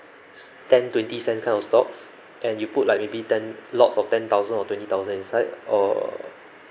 ten twenty cent kind of stocks and you put like maybe ten lots of ten thousand or twenty thousand inside or